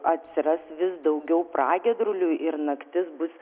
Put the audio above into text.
atsiras vis daugiau pragiedrulių ir naktis bus